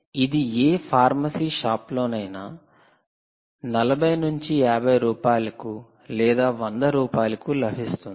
ఇది ఏ ఫార్మసీ షాపులోనైనా 40 50 రూపాయలకు లేదా 100 రూపాయలకు లభిస్తుంది